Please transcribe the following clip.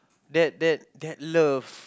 that that that love